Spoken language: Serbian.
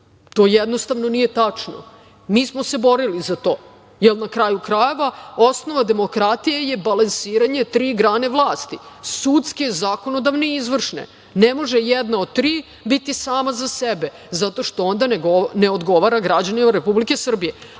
To jednostavno nije tačno. Mi smo se borili za to, jer na kraju krajeva, osnova demokratije je balansiranje tri grane vlasti - sudske, zakonodavne i izvršen. Ne može jedna od tri biti sama za sebe, zato što onda ne odgovara građanima Republike Srbije.